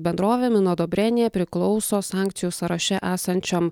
bendrovė minudobrėnija priklauso sankcijų sąraše esančiam